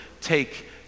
take